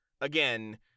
again